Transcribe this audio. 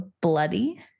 bloody